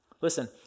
Listen